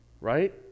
Right